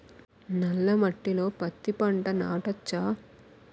నల్ల మట్టిలో పత్తి పంట నాటచ్చా?